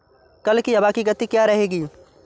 कल की हवा की गति क्या रहेगी?